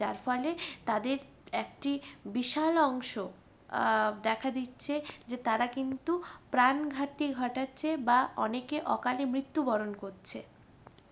যার ফলে তাদের একটি বিশাল অংশ দেখা দিচ্ছে যে তারা কিন্তু প্রাণঘাতী ঘটাচ্ছে বা অনেকে অকালে মৃত্যুবরণ করছে